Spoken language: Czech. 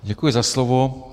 Děkuji za slovo.